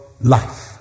life